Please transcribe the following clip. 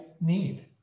need